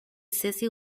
cecil